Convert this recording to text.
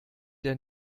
der